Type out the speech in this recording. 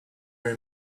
very